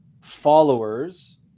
followers